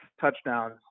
touchdowns